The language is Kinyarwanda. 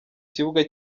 kibuga